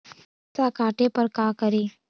पैसा काटे पर का करि?